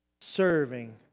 serving